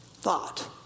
thought